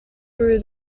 through